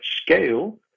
scale